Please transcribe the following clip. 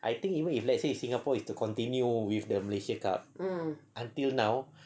I think even if let's say if singapore is to continue with the malaysia cup until now